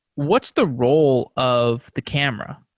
what's the role of the camera?